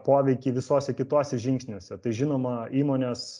poveikį visose kitose žingsniuose tai žinoma įmonės